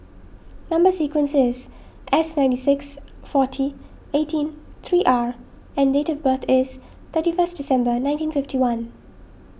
Number Sequence is S ninety six forty eighteen three R and date of birth is thirty first December nineteen fifty one